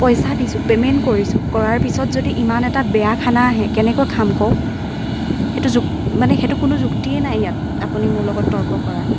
পইচা দিছোঁ পে'মেণ্ট কৰিছোঁ কৰাৰ পিছত যদি ইমান এটা বেয়া খানা আহে কেনেকৈ খাম কওক সেইটো যুক মানে সেইটো কোনো যুক্তিয়েই নাই ইয়াত আপুনি মোৰ লগত তৰ্ক কৰাৰ